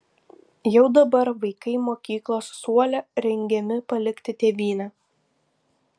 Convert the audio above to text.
jau dabar vaikai mokyklos suole rengiami palikti tėvynę